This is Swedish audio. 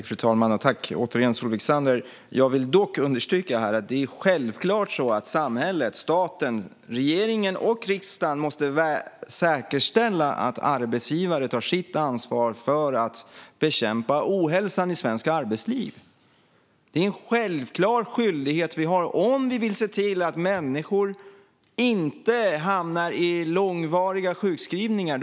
Fru talman! Tack, återigen, Solveig Zander! Jag vill understryka att det självklart är så att samhället, staten, regeringen och riksdagen måste säkerställa att arbetsgivare tar sitt ansvar för att bekämpa ohälsan i svenskt arbetsliv. Det är en självklar skyldighet vi har om vi vill se till att människor inte hamnar i långvariga sjukskrivningar.